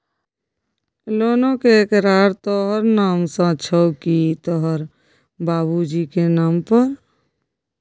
लोनक एकरार तोहर नाम सँ छौ की तोहर बाबुजीक नाम पर